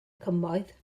cymoedd